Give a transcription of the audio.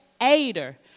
aider